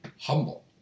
humble